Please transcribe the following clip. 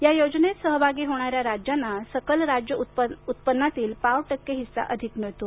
या योजनेत सहभागी होणाऱ्या राज्यांना सकल राज्य उत्पन्नातील पाव टक्के हिस्सा अधिक मिळतो